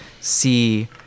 see